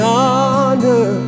honor